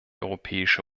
europäische